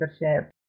leadership